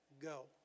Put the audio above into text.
go